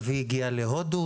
אבי הגיע להודו,